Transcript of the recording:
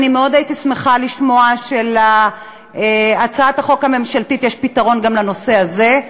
אני מאוד הייתי שמחה לשמוע שלהצעת החוק הממשלתית יש פתרון גם לנושא הזה,